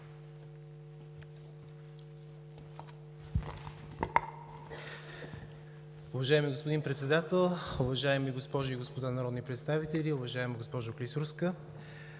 Ви, господин Председател. Уважаеми госпожи и господа народни представители, уважаема госпожо Клисурска!